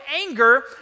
anger